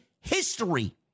history